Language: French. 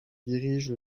dirigent